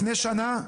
לפני שנה?